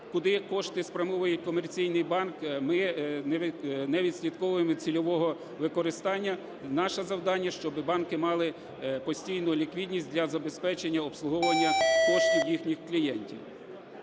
Куди кошти спрямовує комерційний банк, ми не відслідковуємо цільового використання. Наше завдання, щоб банки мали постійну ліквідність для забезпечення обслуговування коштів їхніх клієнтів.